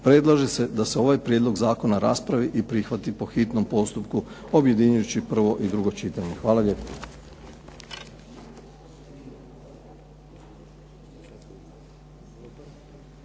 predlaže se da se ovaj prijedlog zakona raspravi i prihvati po hitnom postupku, objedinjujući prvo i drugo čitanje. Hvala lijepo.